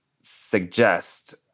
suggest